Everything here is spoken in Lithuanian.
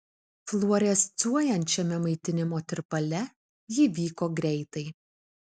fluorescuojančiame maitinimo tirpale ji vyko greitai